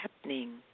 happening